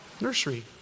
nursery